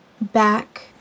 back